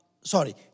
sorry